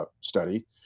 study